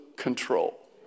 control